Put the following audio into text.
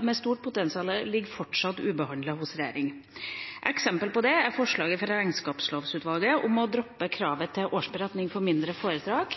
med stort potensial ligger fortsatt ubehandlet hos regjeringa. Et eksempel på det er forslagene fra Regnskapslovutvalget om å droppe kravet om årsberetning for mindre foretak